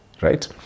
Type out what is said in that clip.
right